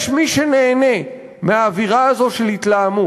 יש מי שנהנה מהאווירה הזו של התלהמות.